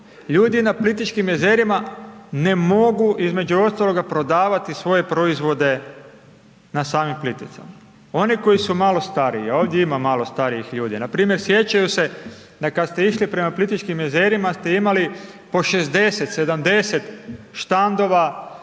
ljudi na Plitvičkim jezerima ne mogu između ostaloga prodavati svoje proizvode na samim Plitvicama, oni koji su malo stariji a ovdje ima malo starijih ljudi, npr. sjećaju se da kad ste išli prema Plitvičkim jezerima ste imali po 60, 70 štandova